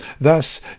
Thus